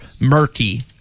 murky